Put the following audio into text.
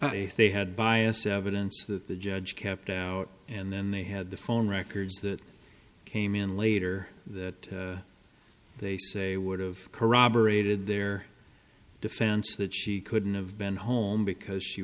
if they had bias evidence that the judge kept and then they had the phone records that came in later that they say would've corroborated their defense that she couldn't have been home because she